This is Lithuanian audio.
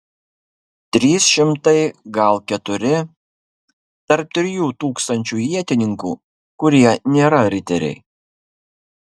trys šimtai gal keturi tarp trijų tūkstančių ietininkų kurie nėra riteriai